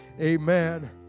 Amen